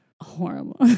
horrible